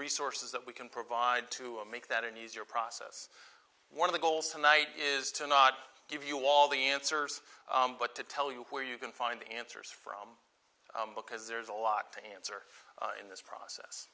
resources that we can provide to make that an easier process one of the goals a night is to not give you all the answers but to tell you where you can find the answers from because there's a lot to answer in this process